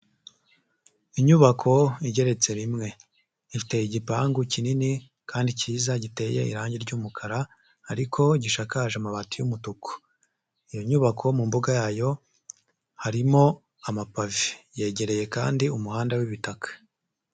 Inyubako igeretse rimwe, ifite igipangu kinini kandi cyiza giteye irange ry'umukara ariko gishakaje amabati y'umutuku, iyo nyubako mu mbuga yayo harimo amapave, yegereye kandi umuhanda w'ibitaka.